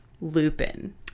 Lupin